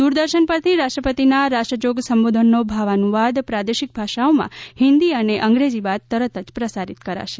દૂરદર્શન પરથી રાષ્ટ્રપતિના રાષ્ટ્રજોગ સંબોધનનો ભાવાનુવાદ પ્રાદેશિક ભાષાઓમાં હિંદી અને અંગ્રેજી બાદ તરત જ પ્રસારીત કરાશે